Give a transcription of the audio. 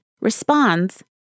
responds